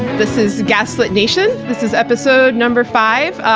this is gaslit nation. this is episode number five,